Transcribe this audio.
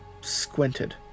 squinted